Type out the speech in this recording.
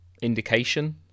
indication